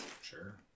Sure